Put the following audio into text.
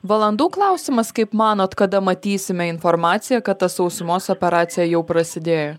valandų klausimas kaip manot kada matysime informaciją kad ta sausumos operacija jau prasidėjo